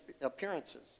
appearances